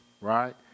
right